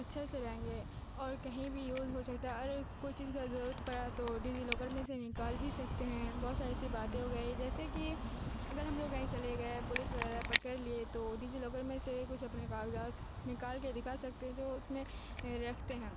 اچھے سے رہیں گے اور کہیں بھی یوز ہو سکتا ہے اور کوئی چیز کا ضرورت پڑا تو ڈیزی لاکر میں سے نکال بھی سکتے ہیں بہت ساری ایسی باتیں ہو گئی جیسے کہ اگر ہم لوگ کہیں چلے گئے پولیس وغیرہ پکڑ لیے تو ڈیجی لاکر میں سے کچھ اپنے کاغذات نکال کے دکھا سکتے ہیں جو اس میں رکھتے ہیں